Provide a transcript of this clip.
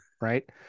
right